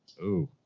oh,